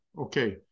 okay